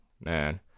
Man